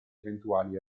eventuali